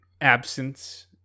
absence